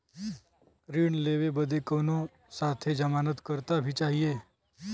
ऋण लेवे बदे कउनो साथे जमानत करता भी चहिए?